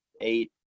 eight